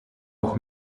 nog